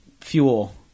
fuel